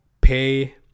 pay